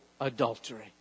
adultery